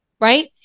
right